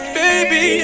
baby